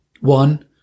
One